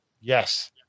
Yes